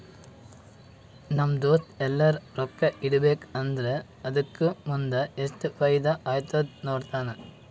ನಮ್ ದೋಸ್ತ ಎಲ್ಲರೆ ರೊಕ್ಕಾ ಇಡಬೇಕ ಅಂದುರ್ ಅದುಕ್ಕ ಮುಂದ್ ಎಸ್ಟ್ ಫೈದಾ ಆತ್ತುದ ನೋಡ್ತಾನ್